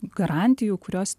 garantijų kurios